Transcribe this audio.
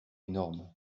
énorme